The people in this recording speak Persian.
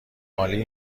مالی